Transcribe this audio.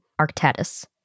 arctatus